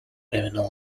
criminal